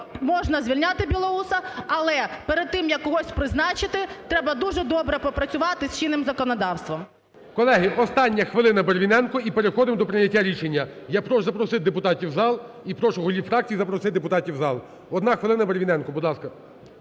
можна звільняти Білоуса. Але, перед тим, як когось призначити, треба дуже добре попрацювати з чинним законодавством. ГОЛОВУЮЧИЙ. Колеги! Остання хвилина, Барвіненко. І переходимо до прийняття рішення. Я прошу запросити депутатів в зал і прошу голів фракцій запросити депутатів в зал. Одна хвилина Барвіненку, будь ласка,